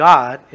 God